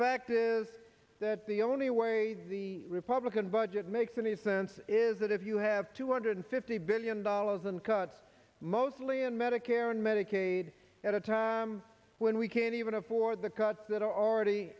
fact is that the only way the republican budget makes any sense is that if you have two hundred fifty billion dollars in cuts mostly in medicare and medicaid at a time when we can't even afford the cuts that are already